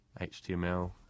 HTML